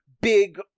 big